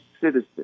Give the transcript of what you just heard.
citizen